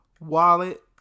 Wallet